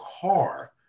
car